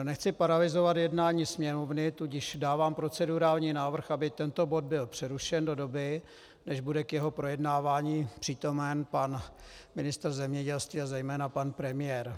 Nechci paralyzovat jednání Sněmovny, tudíž dávám procedurální návrh, aby tento bod byl přerušen do doby, než bude k jeho projednávání přítomen pan ministr zemědělství a zejména pan premiér.